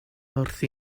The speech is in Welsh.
wrth